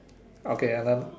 okay another